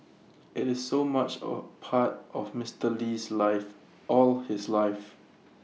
IT is so much A part of Mister Lee's life all his life